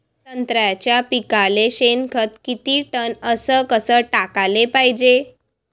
संत्र्याच्या पिकाले शेनखत किती टन अस कस टाकाले पायजे?